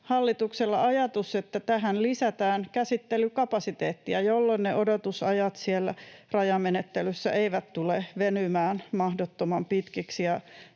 hallituksella ajatus, että tähän lisätään käsittelykapasiteettia, jolloin ne odotusajat siellä rajamenettelyssä eivät tule venymään mahdottoman pitkiksi